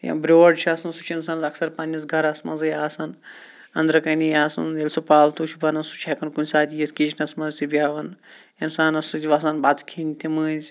یا بیٲر چھُ آسان سُہ چھُ انسانس اَکثر پَننٕنِس گرَس منٛزٕے آسان اندرٕ کَنہِ آسان ییٚلہِ سُہ پالتوٗ چھُ بَنان سُہ چھُ ہٮ۪کن کُنہِ ساتہٕ یِتھ کِچنَس منٛز تہِ بیٚہوان اِنسانَس سۭتۍ وۄتھان بَتہٕ کھٮ۪نہِ تہِ مٔنزۍ